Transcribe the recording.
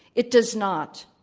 it does not.